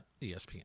ESPN